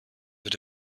wird